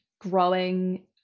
growing